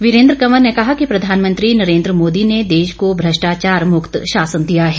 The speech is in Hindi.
वीरेन्द्र कंवर ने कहा कि प्रधानमंत्री नरेन्द्र मोदी ने देश को भ्रष्टाचार मुक्त शासन दिया है